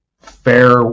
fair